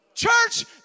Church